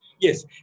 Yes